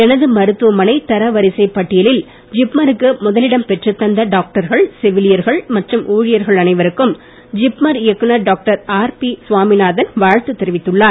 எனது மருத்துவமனை தரவரிசைப் பட்டியலில் ஜிப்மருக்கு முதலிடம் பெற்றுத்தந்த டாக்டர்கள் செவிலியர்கள் மற்றும் ஊழியர்கள் அனைவருக்கும் ஜிப்மர் இயக்குநர் டாக்டர் ஆர்பி சுவாமிநாதன் வாழ்த்து தெரிவித்துள்ளார்